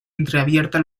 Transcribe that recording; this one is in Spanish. entreabierta